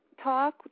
talk